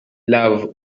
love